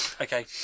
Okay